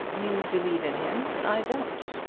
you believe in him i don't.